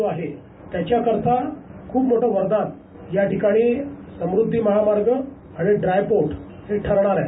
जो आहे त्याच्या करता खूप मोठ वरदान याठिकाणी समृध्दी महामार्ग आणि ड्राययपोर्ट हे ठरवणार आहे